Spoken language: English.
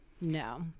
No